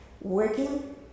working